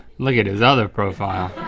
look at his other profile.